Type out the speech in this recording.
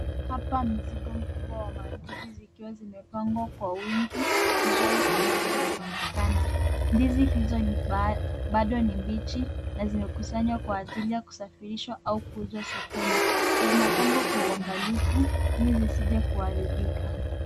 Hapa mzigo mkubwa wa mandizi zikiwa zimepangwa kwa wingi mahali pamoja zinaonekana. Ndizi hizo bado ni mbichi na zimekusanywa kwa ajili ya kusafirishwa au kuuzwa sokoni. Zinapangwa kwa uangalifu ili zisije kuharibika.